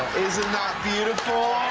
isn't that beautiful?